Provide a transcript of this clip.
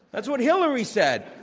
that's what hillary said.